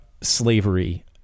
slavery